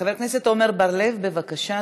חבר הכנסת עמר בר-לב, בבקשה,